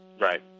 Right